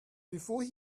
before